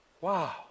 Wow